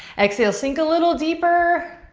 exhale, sink a little deeper,